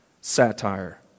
satire